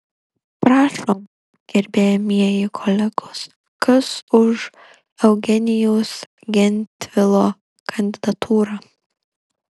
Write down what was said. prašom gerbiamieji kolegos kas už eugenijaus gentvilo kandidatūrą